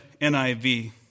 NIV